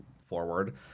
forward